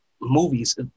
movies